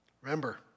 Remember